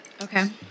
Okay